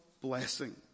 blessing